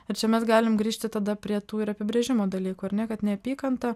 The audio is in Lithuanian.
ir čia mes galim grįžti tada prie tų ir apibrėžimo dalykų ar ne kad neapykanta